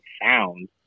found